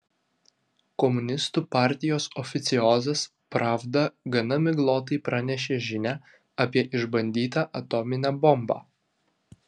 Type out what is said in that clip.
komunistų partijos oficiozas pravda gana miglotai pranešė žinią apie išbandytą atominę bombą